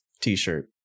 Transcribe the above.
T-shirt